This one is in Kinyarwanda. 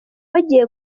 bagiye